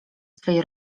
swej